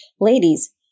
Ladies